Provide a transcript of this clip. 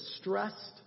stressed